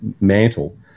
mantle